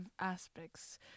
aspects